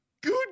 Good